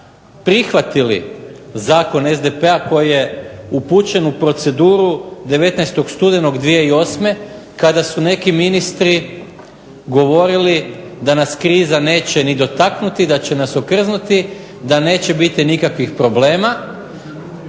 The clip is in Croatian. prihvatili zakon SDP-a koji je upućen u proceduru 19. studenog 2008. kada su neki ministri govorili da nas kriza neće ni dotaknuti, da će nas okrznuti, da neće biti nikakvih problema.